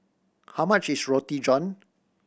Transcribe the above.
how much is Roti John